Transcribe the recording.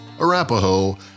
Arapaho